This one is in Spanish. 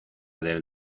del